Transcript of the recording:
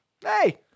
hey